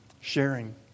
Sharing